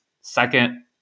second